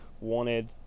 wanted